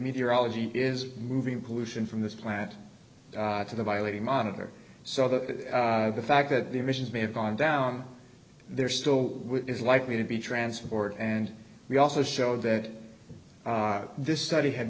meteorology is moving pollution from this plant to the violating monitor so that the fact that the emissions may have gone down there still is likely to be transport and we also showed that this study had